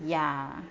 ya